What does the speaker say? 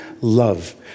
love